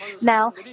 Now